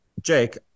Jake